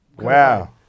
Wow